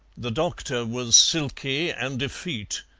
the doctor was silky and effete,